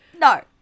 No